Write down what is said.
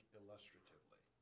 illustratively